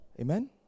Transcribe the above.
Amen